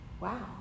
wow